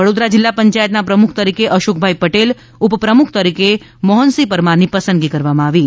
વડોદરા જિલ્લા પંચાયતના પ્રમુખ તરીકે અશોકભાઇ પટેલ ઉપપ્રમુખ તરીકે મોફનસિફ પરમારની પસંદગી કરવામાં આવી છે